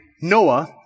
Noah